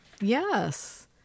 Yes